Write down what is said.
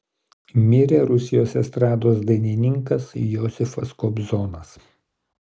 mirė rusijos estrados dainininkas josifas kobzonas